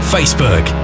Facebook